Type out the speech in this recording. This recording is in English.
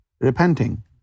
repenting